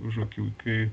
už akių kai